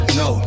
no